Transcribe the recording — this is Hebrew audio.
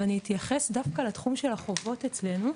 אז אני אתייחס דווקא לתחום של החובות אצלנו.